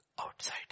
outside